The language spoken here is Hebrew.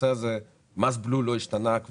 הבלו לא השתנה.